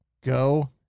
Go